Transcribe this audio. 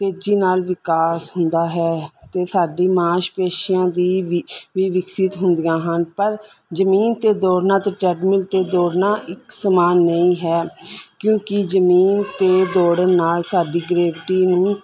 ਤੇਜ਼ੀ ਨਾਲ ਵਿਕਾਸ ਹੁੰਦਾ ਹੈ ਅਤੇ ਸਾਡੀ ਮਾਸਪੇਸ਼ੀਆਂ ਦੀ ਵੀ ਵੀ ਵਿਕਸਿਤ ਹੁੰਦੀਆਂ ਹਨ ਪਰ ਜਮੀਨ 'ਤੇ ਦੌੜਨਾ ਅਤੇ ਟਰੈਡਮਿਲ 'ਤੇ ਦੌੜਨਾ ਇੱਕ ਸਮਾਨ ਨਹੀਂ ਹੈ ਕਿਉਂਕਿ ਜਮੀਨ 'ਤੇ ਦੌੜਨ ਨਾਲ ਸਾਡੀ ਗਰੇਵਟੀ ਨੂੰ